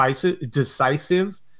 decisive